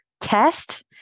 test